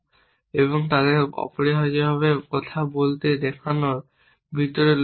এবং তাদের অপরিহার্যভাবে কথা বলতে দেখানোর ভিতরে লুপ রয়েছে